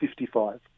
55